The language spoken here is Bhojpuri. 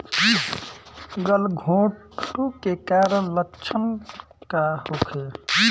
गलघोंटु के कारण लक्षण का होखे?